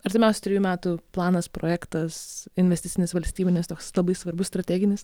artimiausių trejų metų planas projektas investicinis valstybinis toks labai svarbus strateginis